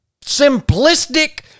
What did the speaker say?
simplistic